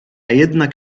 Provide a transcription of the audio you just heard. jednak